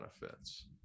benefits